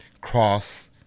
cross